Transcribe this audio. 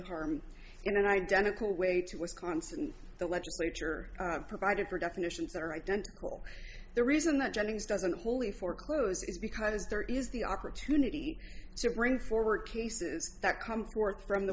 harm in an identical way to wisconsin and the legislature provided for definitions that are identical the reason that jennings doesn't fully foreclose is because there is the opportunity to bring forward cases that come forth from the